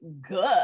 good